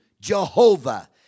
Jehovah